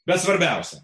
bet svarbiausia